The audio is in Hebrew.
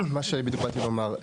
מה שבדיוק באתי לומר,